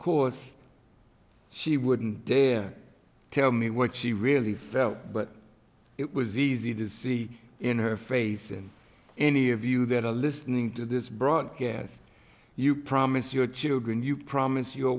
course she wouldn't dare tell me what she really felt but it was easy to see in her face in any of you that are listening to this broadcast you promised your children you promised your